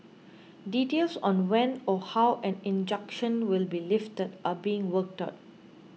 details on when or how an injunction will be lifted are being worked out